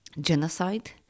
genocide